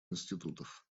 институтов